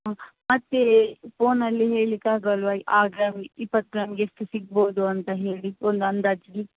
ಹಾಂ ಮತ್ತು ಫೋನಲ್ಲಿ ಹೇಳ್ಲಿಕ್ಕೆ ಆಗಲ್ಲವಾ ಆಗ ಇಪ್ಪತ್ತು ಗ್ರಾಮ್ಗೆ ಎಷ್ಟು ಸಿಗ್ಬೋದು ಅಂತ ಹೇಳಿ ಒಂದು ಅಂದಾಜಿಗೆ